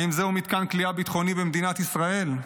האם זהו מתקן כליאה ביטחוני במדינת ישראל?